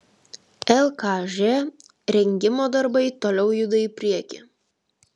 lkž rengimo darbai toliau juda į priekį